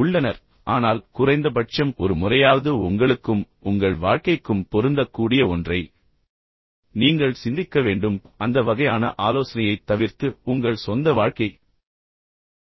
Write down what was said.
உள்ளனர் ஆனால் குறைந்தபட்சம் ஒரு முறையாவது உங்களுக்கும் உங்கள் வாழ்க்கைக்கும் பொருந்தக்கூடிய ஒன்றை நீங்கள் சிந்திக்க வேண்டும் மேலும் அந்த வகையான ஆலோசனையைத் தவிர்த்து உங்கள் சொந்த வாழ்க்கையை வாழ முயற்சிக்க வேண்டும்